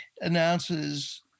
announces